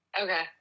Okay